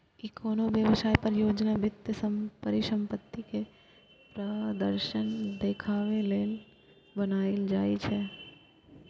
ई कोनो व्यवसाय, परियोजना, वित्तीय परिसंपत्ति के प्रदर्शन देखाबे लेल बनाएल जाइ छै